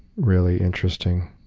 really interesting.